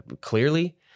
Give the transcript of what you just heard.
clearly